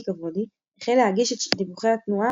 בהן משודרת מוזיקת לילה,